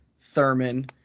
Thurman